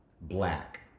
black